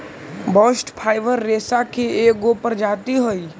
bast fibre रेसा के एगो प्रजाति हई